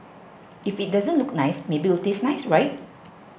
if it doesn't look nice maybe it'll taste nice right